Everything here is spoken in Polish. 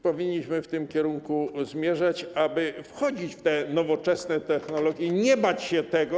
Powinniśmy w tym kierunku zmierzać, aby wchodzić w te nowoczesne technologie i nie bać się tego.